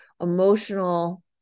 emotional